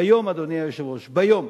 ביום, אדוני היושב-ראש, ביום